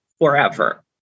forever